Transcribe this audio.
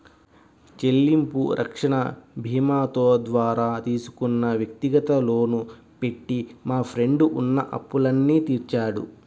చెల్లింపు రక్షణ భీమాతో ద్వారా తీసుకున్న వ్యక్తిగత లోను పెట్టి మా ఫ్రెండు ఉన్న అప్పులన్నీ తీర్చాడు